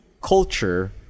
culture